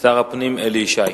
שר הפנים אלי ישי.